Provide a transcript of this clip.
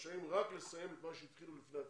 הם רשאים רק לסיים את מה שהם התחילו לפני הקורונה,